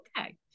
Okay